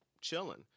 chilling